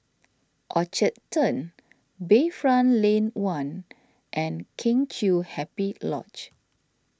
Orchard Turn Bayfront Lane one and Kheng Chiu Happy Lodge